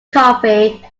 coffee